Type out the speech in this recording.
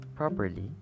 Properly